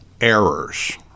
errors